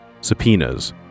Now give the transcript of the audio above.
subpoenas